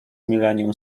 millennium